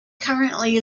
currently